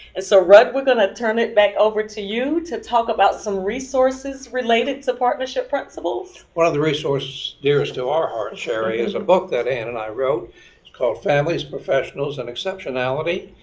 and so rud, we're going to turn it back over to you to talk about some resources related to partnership principles? rud one of the resources dearest to our our and sherry, is a book that ann and i wrote. it's called families, professionals, and exceptionality.